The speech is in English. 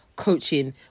coaching